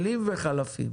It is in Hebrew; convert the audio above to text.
כלים וחלפים.